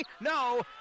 no